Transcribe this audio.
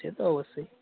সে তো অবশ্যই